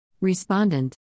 Respondent